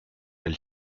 elle